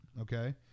Okay